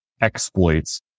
exploits